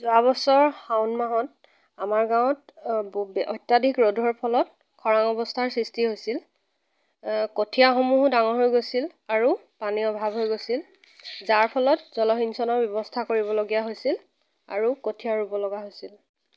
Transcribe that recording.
যোৱাবছৰ শাওন মাহত আমাৰ গাঁৱত অত্যাধিক ৰ'দৰ ফলত খৰাং অৱস্থাৰ সৃষ্টি হৈছিল কঠিয়াসমূহো ডাঙৰ হৈ গৈছিল আৰু পানীৰ অভাৱ হৈ গৈছিল যাৰ ফলত জলসিঞ্চনৰ ব্যৱস্থা কৰিবলগীয়া হৈছিল আৰু কঠিয়া ৰুব লগা হৈছিল